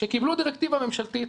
שקיבלו דירקטיבה ממשלתית,